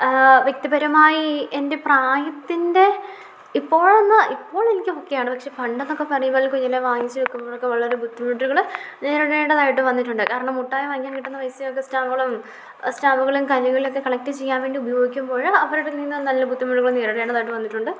വ്യക്തിപരമായി എൻ്റെ പ്രായത്തിൻ്റെ ഇപ്പോഴൊന്നും ഇപ്പോൾ എനിക്ക് ഓക്കെയാണ് പക്ഷെ പണ്ടെന്നൊക്കെ പറയുമ്പോൾ കുഞ്ഞിലേ വാങ്ങിച്ചുവെക്കുമ്പോഴൊക്കെ വളരെ ബുദ്ധിമുട്ടുകൾ നേരിടേണ്ടതായിട്ട് വന്നിട്ടുണ്ട് കാരണം മുട്ടായി വാങ്ങിക്കാൻ കിട്ടുന്ന പൈസയൊക്കെ സ്റ്റാമ്പുകളും സ്റ്റാമ്പുകളും കല്ലുകളൊക്കെ കളക്ട് ചെയ്യാൻ വേണ്ടി ഉപയോഗിക്കുമ്പോഴ് അവരുടെനിന്ന് നല്ല ബുദ്ധിമുട്ടുകൾ നേരിടേണ്ടതായിട്ട് വന്നിട്ടുണ്ട്